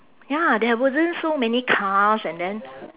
ya there wasn't so many cars and then